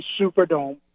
Superdome